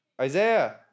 Isaiah